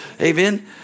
Amen